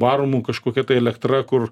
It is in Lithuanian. varomų kažkokia elektra kur